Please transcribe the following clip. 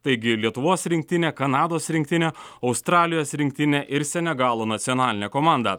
taigi lietuvos rinktinė kanados rinktinė australijos rinktinė ir senegalo nacionalinė komanda